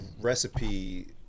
recipe